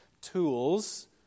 tools